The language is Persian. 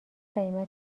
قیمت